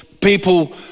people